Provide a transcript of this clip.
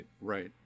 right